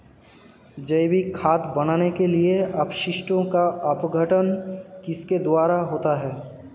जैविक खाद बनाने के लिए अपशिष्टों का अपघटन किसके द्वारा होता है?